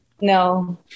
No